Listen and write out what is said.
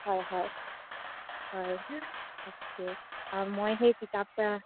হয় হয় হয় তাকে আৰু মই সেই কিতাপ পৰা